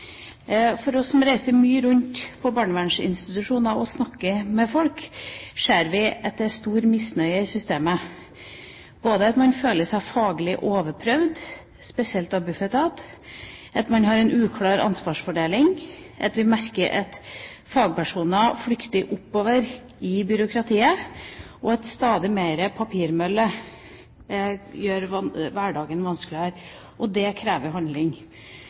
gir oss mulighet til å ha denne debatten. Jeg er egentlig enig i veldig mye av tilstandsvurderinga som statsråden hadde i sin redegjørelse, men den kunnskapen og den tilstandsvurderinga krever også handling. Vi som reiser mye rundt til barnevernsinstitusjoner og snakker med folk, ser at det er stor misnøye i systemet, både ved at man føler seg faglig overprøvd, spesielt av Bufetat, at man har en uklar ansvarsfordeling,